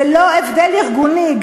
ללא הבדל ארגוני,